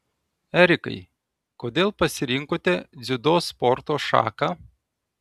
erikai kodėl pasirinkote dziudo sporto šaką